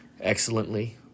excellently